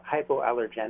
hypoallergenic